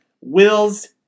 Will's